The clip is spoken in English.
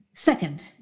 Second